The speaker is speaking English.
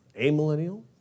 amillennial